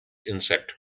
insect